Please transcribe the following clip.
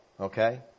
Okay